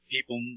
people